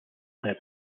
them